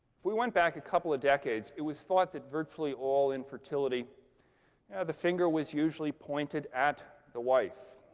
if we went back a couple of decades, it was thought that virtually all infertility the finger was usually pointed at the wife.